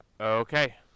okay